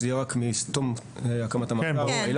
שזה יהיה רק מתום הקמת המאגר.